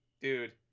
Dude